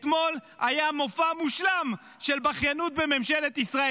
אתמול היה מופע מושלם של בכיינות בממשלת ישראל.